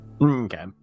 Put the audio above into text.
Okay